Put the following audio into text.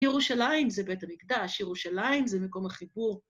ירושלים זה בית המקדש, ירושלים זה מקום החיבור.